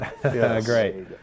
Great